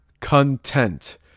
content